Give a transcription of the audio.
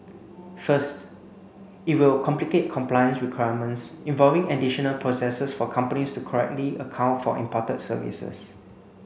first it will complicate compliance requirements involving additional processes for companies to correctly account for imported services